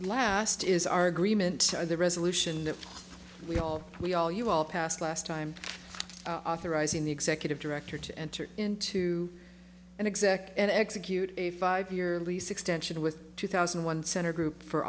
last is our agreement or the resolution that we all we all you all passed last time i authorize in the executive director to enter into an exec and execute a five year lease extension with two thousand one center group for